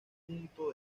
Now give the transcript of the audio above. punto